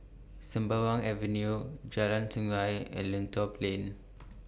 Sembawang Avenue Jalan Sungei and Lentor Plain